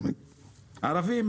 ערבים.